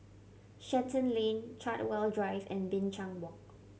Shenton Lane Chartwell Drive and Binchang Walk